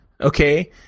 okay